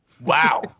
Wow